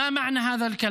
מה אכפת לך?